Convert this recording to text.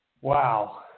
Wow